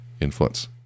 influence